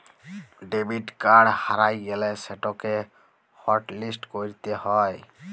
debit card হারাঁয় গ্যালে সেটকে হটলিস্ট ক্যইরতে হ্যয়